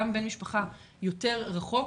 גם בן משפחה יותר רחוק,